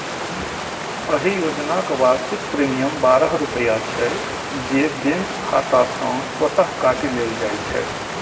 एहि योजनाक वार्षिक प्रीमियम बारह रुपैया छै, जे बैंक खाता सं स्वतः काटि लेल जाइ छै